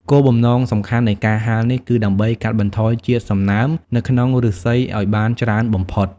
គោលបំណងសំខាន់នៃការហាលនេះគឺដើម្បីកាត់បន្ថយជាតិសំណើមនៅក្នុងឫស្សីឲ្យបានច្រើនបំផុត។